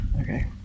Okay